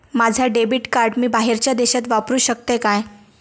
माझा debit card मी बाहेरच्या देशात वापरू शकतय काय?